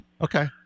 Okay